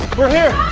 we're here